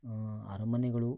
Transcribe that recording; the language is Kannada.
ಅರಮನೆಗಳು